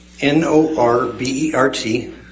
N-O-R-B-E-R-T